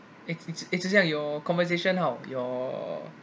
eh zhi xiang your conversation how your